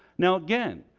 now, again,